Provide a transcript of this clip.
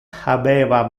habeva